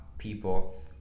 people